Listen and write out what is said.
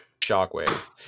Shockwave